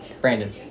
Brandon